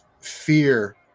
fear